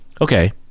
Okay